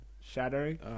shattering